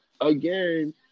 again